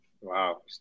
Wow